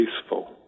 peaceful